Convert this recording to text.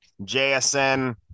JSN